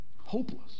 hopeless